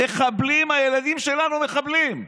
מחבלים, הילדים שלנו מחבלים.